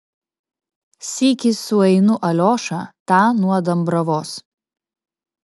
sykį sueinu aliošą tą nuo dambravos